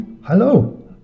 Hello